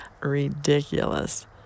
ridiculous